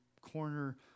corner